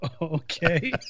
Okay